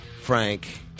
Frank